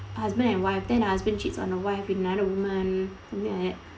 and wife then the husband cheats on the wife with another woman something like that